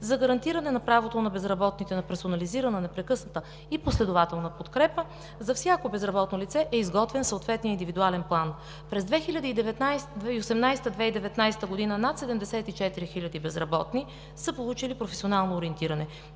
За гарантиране на правото на безработните на персонализирана, непрекъсната и последователна подкрепа за всяко безработно лице е изготвен съответният индивидуален план. През 2018 – 2019 г. над 74 хиляди безработни са получили професионално ориентиране,